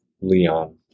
Leon